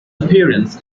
appearance